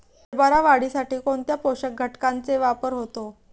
हरभरा वाढीसाठी कोणत्या पोषक घटकांचे वापर होतो?